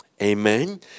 Amen